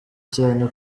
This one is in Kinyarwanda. cyane